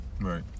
Right